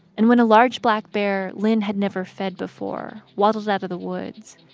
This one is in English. and when a large black bear lynn had never fed before waddles out of the woods,